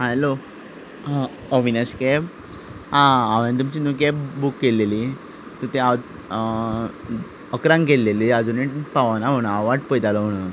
आं hello Avinash cab आं हांवें तुमची कॅब बूक केल्लेली तें हांव इकरांक केल्लेली आजुनी पावंकना म्हणून हांव वाट पळयतालो म्हणून